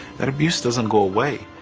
that abuse doesn't go away.